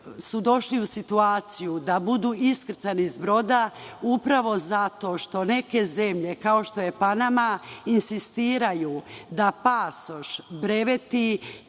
došli u situaciju da budu iskrcani s broda upravo zato što neke zemlje kao što je Panama insistiraju da pasoš, breveti